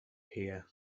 here